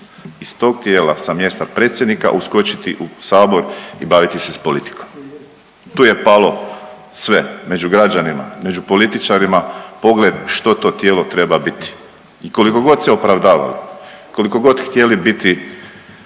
iz tog tijela sa mjesta predsjednika uskočiti u sabor i baviti se politikom. Tu je palo sve među građanima i među političarima pogled što to tijelo treba biti i koliko god se opravdavali, koliko god htjeli biti